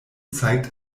zeigt